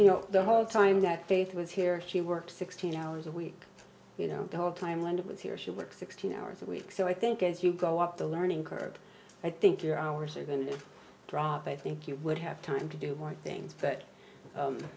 you know the whole time that faith was here she worked sixteen hours a week you know the whole time linda was here she works sixteen hours a week so i think as you go up the learning curve i think you're hours are going to drop i think you would have time to do more thing